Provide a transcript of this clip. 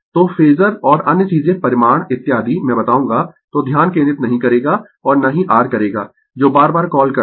तो फेजर और अन्य चीजें परिमाण इत्यादि मैं बताऊंगा तो ध्यान केंद्रित नहीं करेगा और न ही r करेगा जो बार बार कॉल करता है